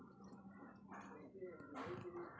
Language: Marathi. आयातनीती पुनर्स्थापित करण्यासाठीच निर्धारित केली गेली हा